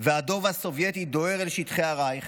והדוב הסובייטי דוהר לשטחי הרייך,